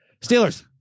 Steelers